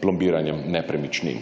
plombiranjem nepremičnin.